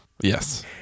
Yes